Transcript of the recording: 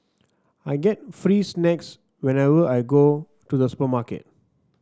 I get free snacks whenever I go to the supermarket